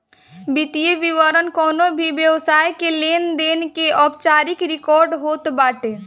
वित्तीय विवरण कवनो भी व्यवसाय के लेनदेन के औपचारिक रिकार्ड होत बाटे